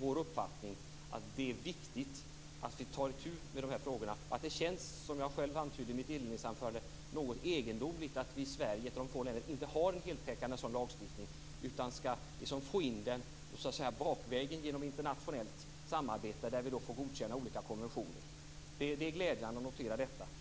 vår uppfattning att det är viktigt att vi tar itu med de här frågorna. Det känns, som jag själv antydde i mitt inledningsanförande, något egendomligt att Sverige är ett av de få länder som inte har en heltäckande sådan här lagstiftning. Vi skall så att säga få in den bakvägen genom internationellt samarbete där vi får godkänna olika konventioner. Det är glädjande att notera detta.